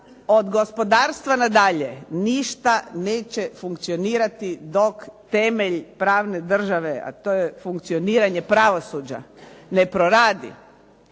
od gospodarstva na dalje ništa neće funkcionirati dok temelj pravne države, a to je funkcioniranje pravosuđa ne proradi,